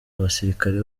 abasirikare